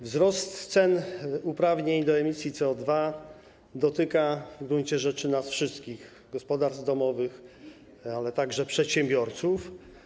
Wzrost cen uprawnień do emisji CO2 dotyka w gruncie rzeczy nas wszystkich, gospodarstw domowych, ale także przedsiębiorców.